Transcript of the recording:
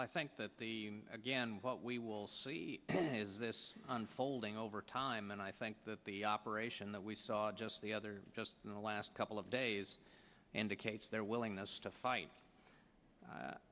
i think that the again what we will see is this unfolding over time and i think that the operation that we saw just the other just in the last couple of days and the case their willingness to fight